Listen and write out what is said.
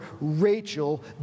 Rachel